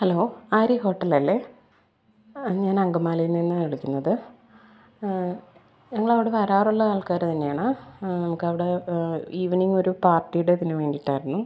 hello Arya ഹോട്ടലല്ലേ ആ ഞാൻ അങ്കമാലി നിന്നാണ് വിളിക്കുന്നത് ഞങ്ങൾ അവിടെ വരാറുള്ള ആൾക്കാർ തന്നെയാണ് ആ നമുക്ക് അവിടെ ഈവനിങ്ങ് ഒരു പാർട്ടിയുടെ ഇതിന് വേണ്ടിയിട്ടായിരുന്നു